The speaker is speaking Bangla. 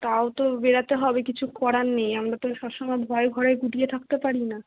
তাও তো বেরাতে হবে কিছু করার নেই আমরা তো সব সময় ভয়ে ঘরে গুটিয়ে থাকতে পারি না